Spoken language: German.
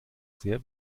sehr